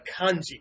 kanji